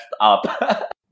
up